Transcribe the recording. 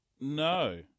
no